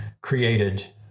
created